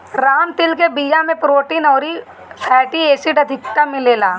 राम तिल के बिया में प्रोटीन अउरी फैटी एसिड अधिका मिलेला